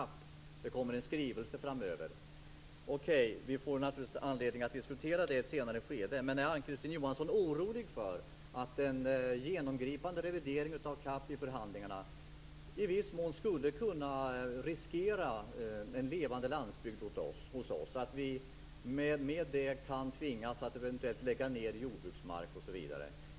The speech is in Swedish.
Det kommer en skrivelse framöver. Vi får naturligtvis anledning att diskutera det i ett senare skede, men jag undrar om Ann-Kristine Johansson är orolig för att en genomgripande revidering av CAP i förhandlingarna i viss mån riskerar en levande landsbygd hos oss. Vi skulle eventuellt tvingas att lägga ned jordbruksmark osv.